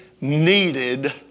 needed